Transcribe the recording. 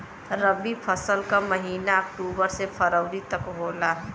रवी फसल क महिना अक्टूबर से फरवरी तक होला